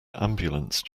ambulance